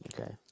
Okay